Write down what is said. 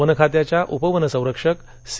one खात्याच्या उपवनसंरक्षक C